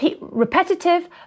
repetitive